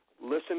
listen